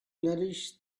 nourish